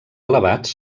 elevats